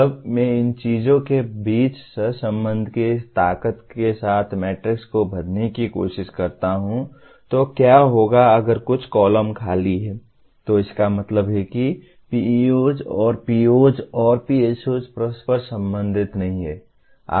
जब मैं इन चीजों के बीच सहसंबंध की ताकत के साथ मैट्रिक्स को भरने की कोशिश करता हूं तो क्या होगा अगर कुछ कॉलम खाली हैं तो इसका मतलब है कि PEOs और POs और PSOs परस्पर संबंधित नहीं हैं